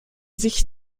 sich